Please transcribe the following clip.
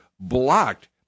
blocked